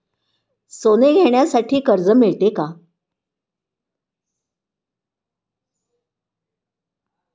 सोने घेण्यासाठी कर्ज मिळते का?